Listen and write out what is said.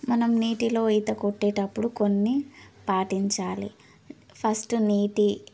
మనం నీటిలో ఈత కొట్టేటప్పుడు కొన్ని పాటించాలి ఫస్ట్ నీటి